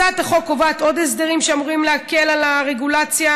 הצעת החוק קובעת עוד הסדרים שאמורים להקל על הרגולציה,